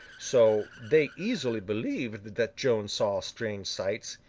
so, they easily believed that joan saw strange sights,